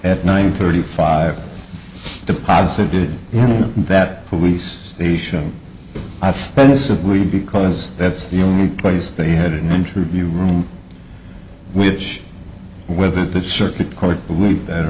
at nine thirty five deposited into that police station i spent it simply because that's the only place they had an interview room which whether that circuit court believed that